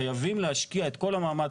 חייבים להשקיע את כל המאמץ,